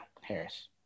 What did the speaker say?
harris